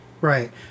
right